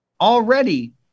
Already